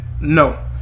No